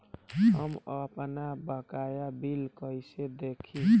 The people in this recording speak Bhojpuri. हम आपनबकाया बिल कइसे देखि?